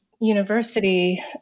university